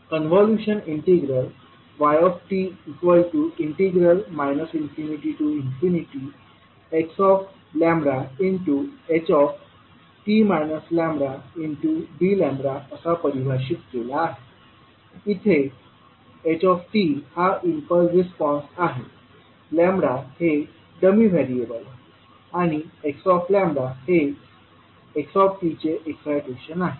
convolution integral yt ∞xht λdλ असा परिभाषित केला आहे येथे h हा इम्पल्स रिस्पॉन्स आहे हे डमी व्हेरिएबल आहे आणि x हे x चे एक्साईटेशन आहे